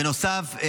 בנוסף,